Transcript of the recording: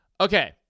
Okay